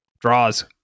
draws